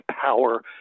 power